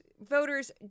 voters